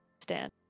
stand